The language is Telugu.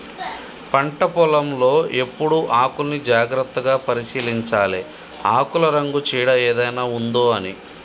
పంట పొలం లో ఎప్పుడు ఆకుల్ని జాగ్రత్తగా పరిశీలించాలె ఆకుల రంగు చీడ ఏదైనా ఉందొ అని